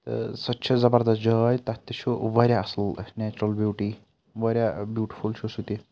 سۄ تہِ چھِ زَبَردَس جاے تَتھ تہِ چھُ واریاہ اَصل نیچرَل بیوٗٹی واریاہ بیوٗٹِفُل چھُ سُہ تہِ